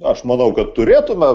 aš manau kad turėtume